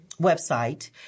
website